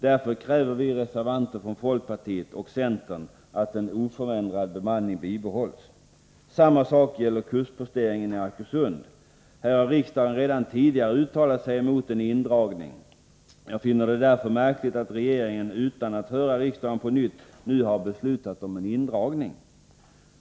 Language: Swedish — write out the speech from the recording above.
Därför kräver vi reservanter från folkpartiet och centern att bemanningen bibehålls oförändrad. Samma sak gäller kustposteringen i Arkösund. Här har riksdagen redan tidigare uttalat sig emot en indragning. Jag finner det därför märkligt att regeringen utan att höra riksdagen på nytt nu har beslutat om en indragning.